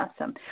awesome